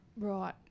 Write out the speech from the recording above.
right